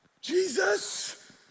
Jesus